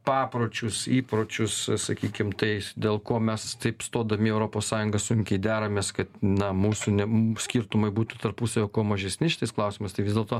papročius įpročius sakykim tai dėl ko mes taip stodami į europos sąjungą sunkiai deramės kad na mūsų ne skirtumai būtų tarpusavyje kuo mažesni šitais klausimais tai vis dėlto